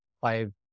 five